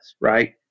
right